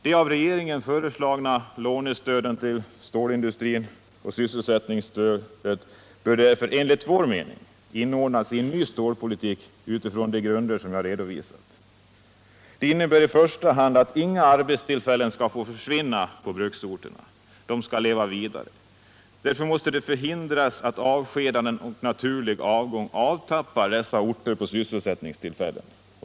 De av regeringen föreslagna lånestöden till stålindustrin och sysselsättningsstödet bör därför enligt vår mening inordnas i en ny stålpolitik utifrån de grunder som jag redovisat. Det innebär i första hand att inga arbetstillfällen skall få försvinna på bruksorterna. De orterna skall leva vidare. Därför måste det förhindras att avskedanden och naturlig avgång avtappar dessa orter på sysselsättningstillfällen.